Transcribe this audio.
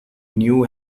new